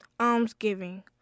almsgiving